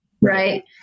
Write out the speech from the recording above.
Right